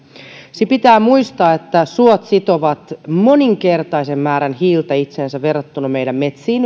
se pitää muistaa että suot sitovat moninkertaisen määrän hiiltä itseensä verrattuna meidän metsiin